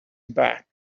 back